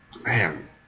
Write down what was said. man